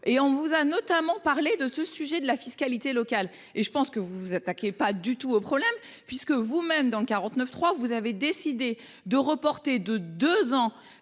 et on vous a notamment parlé de ce sujet de la fiscalité locale et je pense que vous vous attaquez pas du tout au problème puisque vous-même dans le 49.3, vous avez décidé de reporter de 2 ans.